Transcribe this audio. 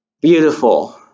beautiful